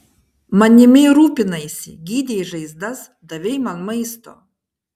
manimi rūpinaisi gydei žaizdas davei man maisto